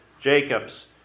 Jacob's